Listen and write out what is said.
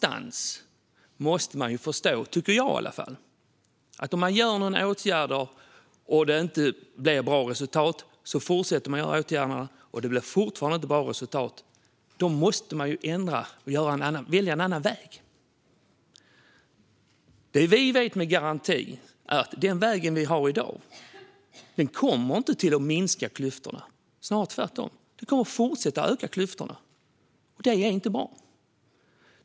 Man måste förstå, tycker jag i alla fall, att om man vidtar åtgärder och det inte blir bra resultat och man fortsätter med åtgärderna och det fortfarande inte blir bra resultat måste man välja en annan väg. Det vi vet med garanti är att vägen vi är på i dag inte kommer att minska klyftorna. Snarare blir det tvärtom. Klyftorna kommer att fortsätta att öka, och det är inte bra.